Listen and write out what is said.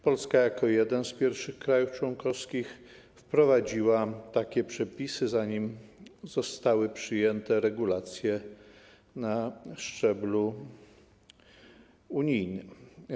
Polska jako jeden z pierwszych krajów członkowskich wprowadziła takie przepisy, zanim zostały przyjęte regulacje na szczeblu unijnym.